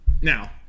now